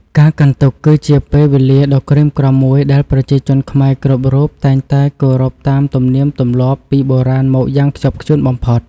ការកាន់ទុក្ខ គឺជាពេលវេលាដ៏ក្រៀមក្រំមួយដែលប្រជាជនខ្មែរគ្រប់រូបតែងតែគោរពតាមទំនៀមទម្លាប់ពីបុរាណមកយ៉ាងខ្ជាប់ខ្ជួនបំផុត។